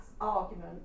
argument